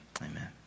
amen